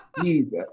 Jesus